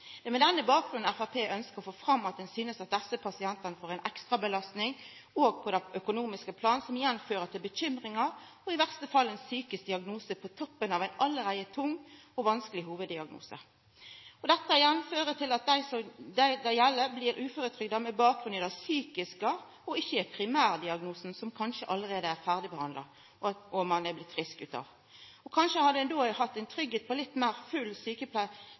det eine året. Det er på denne bakgrunnen Framstegspartiet ønskjer å få fram at ein synest at desse pasientane får ei ekstra belastning òg på det økonomiske planet, som igjen fører til bekymringar, og, i verste fall, ein psykisk diagnose – på toppen av ein allereie tung og vanskeleg hovuddiagnose. Dette igjen fører til at dei det gjeld, blir uføretrygda med bakgrunn i det psykiske og ikkje i primærdiagnosen, ein sjukdom som ein kanskje allereie er blitt ferdigbehandla for – ein er blitt frisk. Hadde ein hatt tryggleik for full sjukepengedekning i eit litt lengre perspektiv, hadde ein